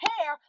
hair